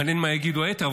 מעניין מה יגידו היתר.